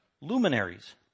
luminaries